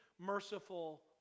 merciful